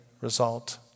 result